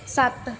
ਸੱਤ